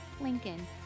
Lincoln